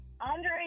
Andre